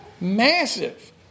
massive